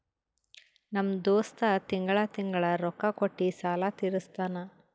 ನಮ್ ದೋಸ್ತ ತಿಂಗಳಾ ತಿಂಗಳಾ ರೊಕ್ಕಾ ಕೊಟ್ಟಿ ಸಾಲ ತೀರಸ್ತಾನ್